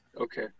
Okay